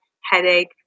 headache